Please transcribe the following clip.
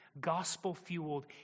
gospel-fueled